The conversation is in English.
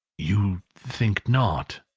you think not.